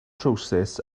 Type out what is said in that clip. trowsus